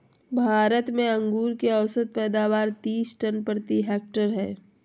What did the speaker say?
भारत में अंगूर के औसत पैदावार तीस टन प्रति हेक्टेयर हइ